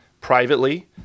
privately